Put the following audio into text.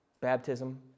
baptism